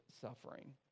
suffering